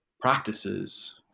practices